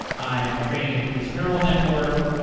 i'm training it through this neural network,